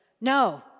No